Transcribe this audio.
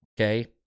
okay